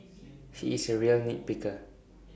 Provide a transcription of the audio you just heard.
he is A real nit picker